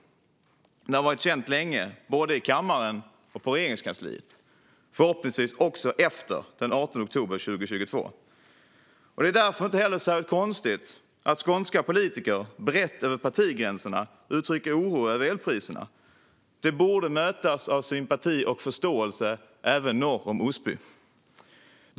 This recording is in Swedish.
Detta har varit känt länge, både i kammaren och på Regeringskansliet - förhoppningsvis också efter den 18 oktober 2022. Det är därför inte särskilt konstigt att skånska politiker, brett över partigränserna, uttrycker oro över elpriserna. De borde mötas av sympati och förståelse även norr om Osby.